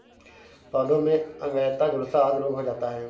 पौधों में अंगैयता, झुलसा आदि रोग हो जाता है